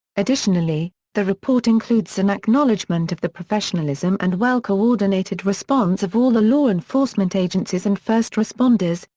additionally, the report includes an acknowledgement of the professionalism and well coordinated response of all the law enforcement agencies and first responders,